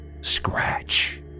Scratch